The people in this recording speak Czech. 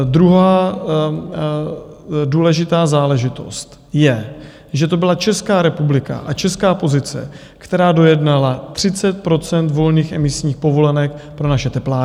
Druhá důležitá záležitost je, že to byla Česká republika a česká pozice, která dojednala 30 % volných emisních povolenek pro naše teplárny.